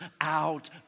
out